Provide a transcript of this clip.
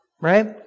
right